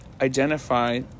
identify